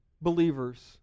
believers